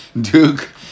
Duke